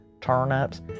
turnips